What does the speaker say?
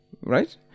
Right